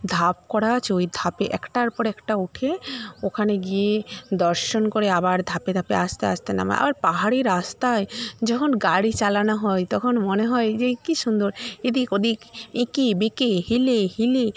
ধাপ করা আছে ওই ধাপে একটার পর একটা উঠে ওখানে গিয়ে দর্শন করে আবার ধাপে ধাপে আস্তে আস্তে নামে আবার পাহাড়ি রাস্তায় যখন গাড়ি চালানো হয় তখন মনে হয় যে এই কি সুন্দর এদিক ওদিক এঁকে বেঁকে হেলে হেলে